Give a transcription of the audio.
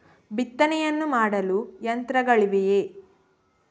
ಬಿತ್ತನೆಯನ್ನು ಮಾಡಲು ಯಂತ್ರಗಳಿವೆಯೇ?